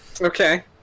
Okay